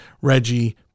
reggie